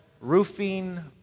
roofing